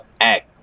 act